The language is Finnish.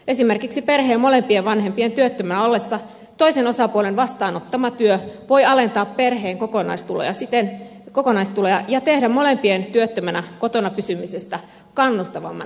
esimerkiksi perheen molempien vanhempien työttöminä ollessa toisen osapuolen vastaanottama työ voi alentaa perheen kokonaistuloja ja tehdä molempien työttöminä kotona pysymisestä kannustavamman vaihtoehdon